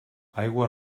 aigua